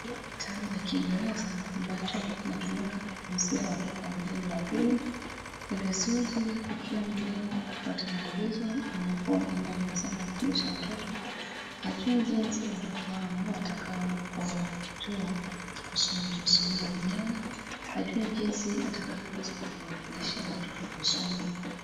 hii ni kitabu cha kingereza ambacho kinatumika kufunzia watoto wa gredi ya pili ni vizuri kwa kila mwaalimu kufuata maagizo anapoenda darasani kufundisha watoto kufuata maagizo ajue jinsi watoto wao watakavyojua kujisomea wenyewe ajue jinsi atakavyotumia kuwafundishia watoto kusoma